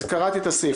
אז קראתי את הסעיף.